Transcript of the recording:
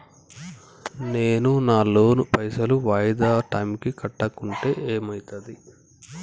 నేను నా లోన్ పైసల్ వాయిదా టైం కి కట్టకుంటే ఏమైతది?